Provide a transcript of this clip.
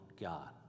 God